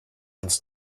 uns